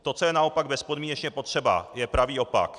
To, co je naopak bezpodmínečně potřeba, je pravý opak.